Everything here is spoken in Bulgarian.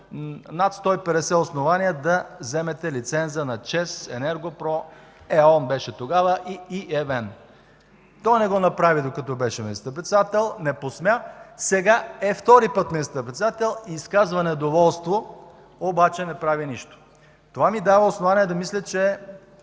над 150 основания да вземете лиценза на ЧЕЗ, „Енерго-Про” – Е.ОН беше тогава, и EVN”. Той не го направи докато беше министър-председател, не посмя, сега е втори път министър-председател, изказва недоволство, обаче не прави нищо. Това ми дава основание да мисля, че